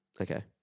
Okay